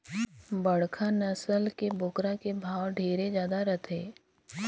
बड़खा नसल के बोकरा के भाव ढेरे जादा रथे